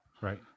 Right